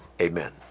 amen